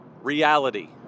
reality